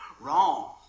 Wrong